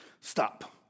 Stop